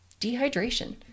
dehydration